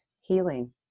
healing